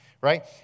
Right